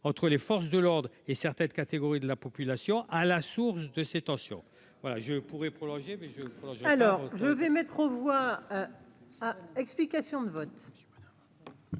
entre les forces de l'ordre et certaines catégories de la population à la source de ces tensions, voilà je pourrai prolonger mais je. Alors, je vais mettre aux voix, explications de vote.